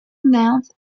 length